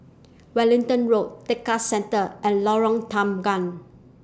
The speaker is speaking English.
Wellington Road Tekka Centre and Lorong Tanggam